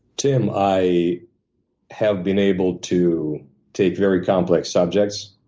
tim, i have been able to take very complex subjects,